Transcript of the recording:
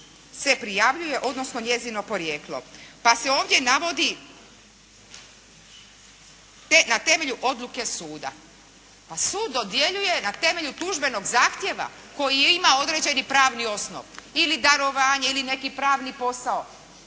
se prijavljuje odnosno njezino porijeklo. Pa se ovdje navodi na temelju odluke suda. Pa sud dodjeljuje na temelju tužbenog zahtjeva koji je imao određeni pravni osnov ili darovanje, ili neki pravni posao.